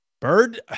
Bird